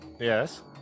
Yes